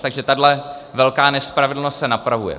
Takže tahle velká nespravedlnost se napravuje.